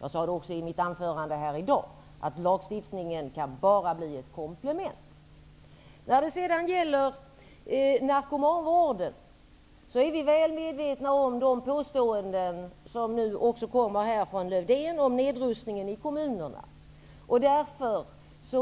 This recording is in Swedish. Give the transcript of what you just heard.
Jag sade också i mitt anförande här i dag att lagstiftningen bara kan bli ett komplement. När det sedan gäller narkomanvården, är vi väl medvetna om de påståenden som nu också kommer från Lars-Erik Lövdén om nedrustningen i kommunerna. Därför